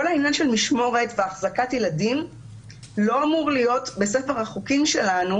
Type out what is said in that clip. כל העניין של משמורת והחזקת ילדים לא אמור להיות בספר החוקים שלנו